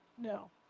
no